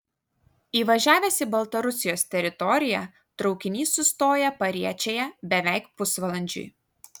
įvažiavęs į baltarusijos teritoriją traukinys sustoja pariečėje beveik pusvalandžiui